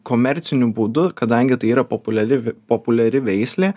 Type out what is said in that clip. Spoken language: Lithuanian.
komerciniu būdu kadangi tai yra populiari populiari veislė